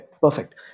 perfect